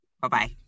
Bye-bye